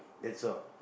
that's all